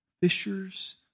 Fishers